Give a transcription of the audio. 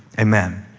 amen.